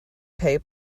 pay